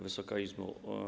Wysoka Izbo!